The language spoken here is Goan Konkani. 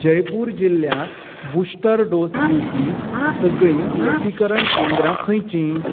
जयपूर जिल्ल्यांत बुस्टर डोस दिवपी सगळीं लसीकरण केंद्रां खंयची